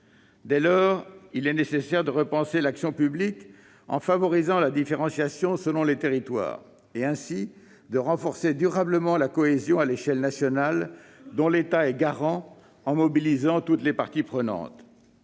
Dès lors, il est nécessaire de repenser l'action publique en favorisant la différenciation selon les territoires et, ainsi, de renforcer durablement la cohésion à l'échelle nationale, dont l'État est garant, en mobilisant toutes les parties prenantes.